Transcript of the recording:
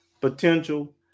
potential